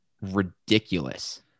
ridiculous